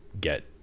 get